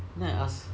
then I ask